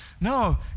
No